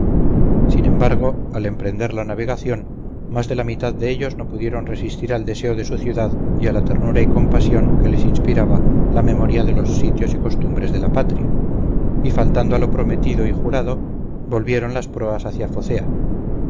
sin embargo al emprender la navegación más de la mitad de ellos no pudieron resistir al deseo de su ciudad y a la ternura y compasión que les inspiraba la memoria de los sitios y costumbres de la patria y faltando a lo prometido y jurado volvieron las proas hacia